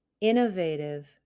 innovative